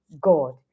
God